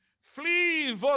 Flee